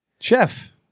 Chef